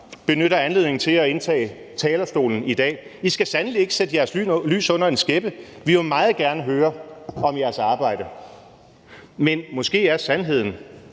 benytte anledningen til at indtage talerstolen i dag. I skal sandelig ikke sætte jeres lys under en skæppe. Vi vil meget gerne høre om jeres arbejde! Men måske er sandheden,